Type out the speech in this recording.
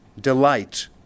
delight